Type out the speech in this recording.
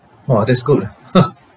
!wah! that's good eh